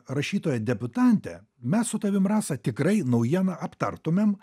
rašytoja debiutantė mes su tavim rasa tikrai naujieną aptartumėm